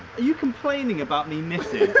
you complaining about me missing?